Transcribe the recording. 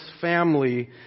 family